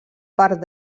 part